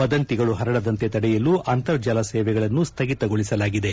ವದಂತಿಗಳು ಪರಡದಂತೆ ತಡೆಯಲು ಅಂತರ್ಜಾಲ ಸೇವೆಗಳನ್ನು ಸ್ವಗಿತಗೊಳಿಸಲಾಗಿದೆ